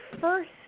first